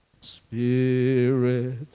Spirit